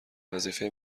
وظیفه